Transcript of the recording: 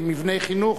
במבני חינוך,